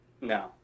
No